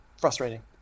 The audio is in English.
frustrating